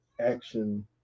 action